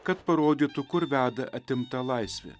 kad parodytų kur veda atimta laisvė